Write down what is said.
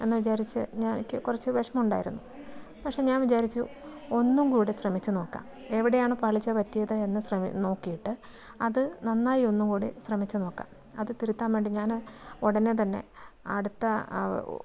എന്ന് വിചാരിച്ച് എനിക്ക് കുറച്ച് വിഷമം ഉണ്ടായിരുന്നു പക്ഷേ ഞാൻ വിചാരിച്ചു ഒന്നും കൂടെ ശ്രമിച്ചു നോക്കാം എവിടെയാണ് പാളിച്ചപറ്റിയത് എന്ന് ശ്ര നോക്കിയിട്ട് അത് നന്നായി ഒന്നുകൂടി ശ്രമിച്ച് നോക്കാം അത് തിരുത്താൻ വേണ്ടി ഞാൻ ഉടനെ തന്നെ അടുത്ത